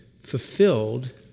Fulfilled